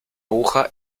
aguja